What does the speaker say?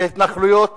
בהתנחלויות